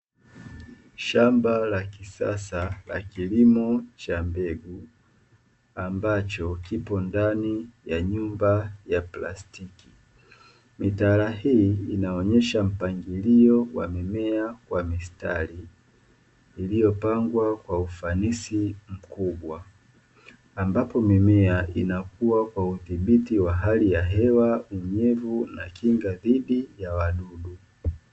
Shamba la kisasa la kilimo cha mbegu ambacho kipo ndani ya nyumba ya plastiki, mitaala hii inaonyesha mpangilio wa mimea wa mistari iliiyopangwa kwa ufanisi mkubwa, ambapo mimea inakua kwa udhibiti wa hali ya hewa, unyevu na kinga dhidi ya wadudu.